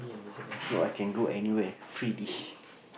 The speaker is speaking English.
so I can go anywhere free dish